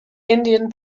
indian